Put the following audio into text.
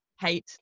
hate